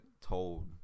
told